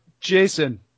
Jason